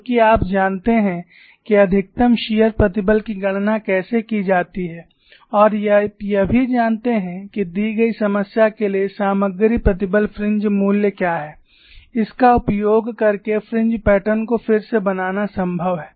क्योंकि आप जानते हैं कि अधिकतम शियर प्रतिबल की गणना कैसे की जाती है और आप यह भी जानते हैं कि दी गई समस्या के लिए सामग्री प्रतिबल फ्रिंज मूल्य क्या है इसका उपयोग करके फ्रिंज पैटर्न को फिर से बनाना संभव है